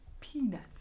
peanuts